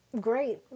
great